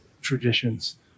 traditions